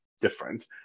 different